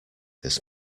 this